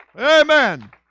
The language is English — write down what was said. Amen